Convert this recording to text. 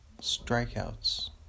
strikeouts